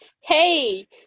hey